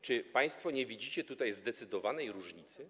Czy państwo nie widzicie tutaj zdecydowanej różnicy?